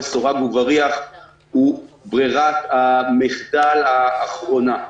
סורג ובריח הוא ברירת המחדל האחרונה.